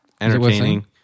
entertaining